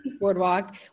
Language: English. boardwalk